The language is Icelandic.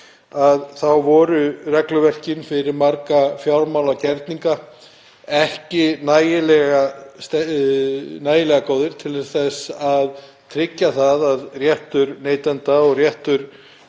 þá voru regluverkin fyrir marga fjármálagerninga ekki nægilega góð til að tryggja að réttur neytenda og réttur